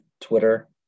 Twitter